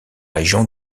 région